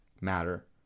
matter